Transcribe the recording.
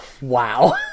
wow